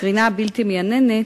הקרינה הבלתי מייננת,